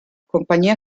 compagnia